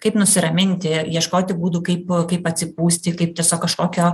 kaip nusiraminti ieškoti būdų kaip kaip atsipūsti kaip tiesiog kažkokio